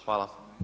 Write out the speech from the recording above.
Hvala.